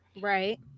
Right